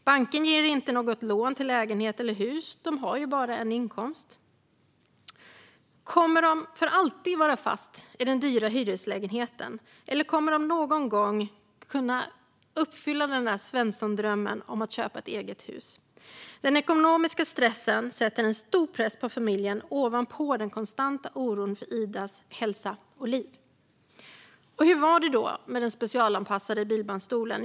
Banken ger inte något lån till lägenhet eller hus - de har ju bara en inkomst. Kommer de för alltid att vara fast i en dyr hyreslägenhet, eller kommer de någon gång att kunna uppfylla Svenssondrömmen om att köpa ett eget hus? Den ekonomiska stressen sätter en stor press på familjen ovanpå den konstanta oron för Idas hälsa och liv. Och hur var det då med den specialanpassade bilbarnstolen?